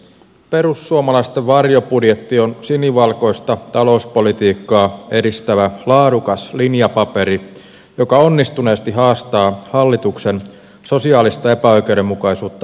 perussuomalaisten varjobudjetti on sinivalkoista talouspolitiikkaa edistävä laadukas linjapaperi joka onnistuneesti haastaa hallituksen sosiaalista epäoikeudenmukaisuutta syventävän budjetin